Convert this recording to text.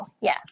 Yes